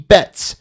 Bets